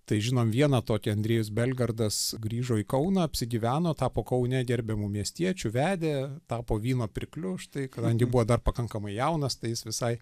tai žinom vieną tokį andriejus belgardas grįžo į kauną apsigyveno tapo kaune gerbiamu miestiečiu vedė tapo vyno pirkliu štai kadangi buvo dar pakankamai jaunas tai jis visai